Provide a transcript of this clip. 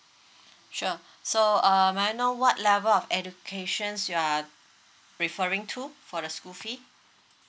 sure so um may I know what level of educations you uh referring to for the school fee